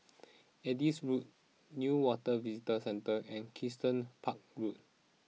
Adis Road Newater Visitor Centre and Kensington Park Road